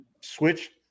switch